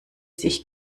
sich